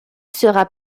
sera